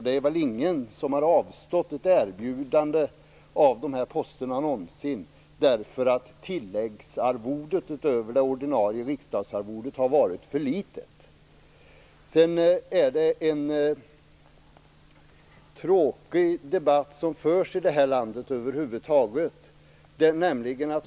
Det är väl ingen som någonsin har avstått från ett erbjudande om någon av dessa poster därför att tilläggsarvodet, utöver det ordinarie riksdagsarvodet, har varit för litet. Det är en tråkig debatt som förs här i landet över huvud taget.